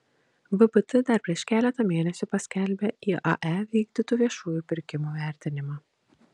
vpt dar prieš keletą mėnesių paskelbė iae vykdytų viešųjų pirkimų vertinimą